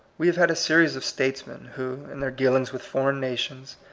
we have had a series of statesmen, who, in their dealings with foreign nations,